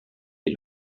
les